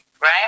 right